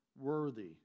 worthy